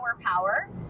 power